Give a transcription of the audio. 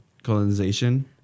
colonization